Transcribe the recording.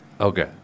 okay